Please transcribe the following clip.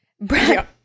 Brad